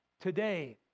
today